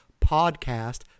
podcast